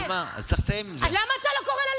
יש לי זמן היום.